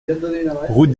route